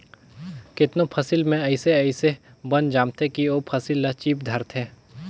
केतनो फसिल में अइसे अइसे बन जामथें कि ओ फसिल ल चीप धारथे